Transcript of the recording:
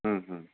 होम होम